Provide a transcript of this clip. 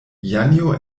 janjo